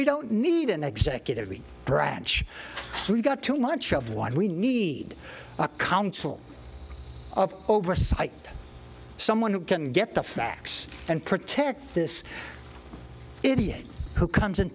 we don't need an executive branch got too much of one we need a council of oversight someone who can get the facts and protect this idiot who comes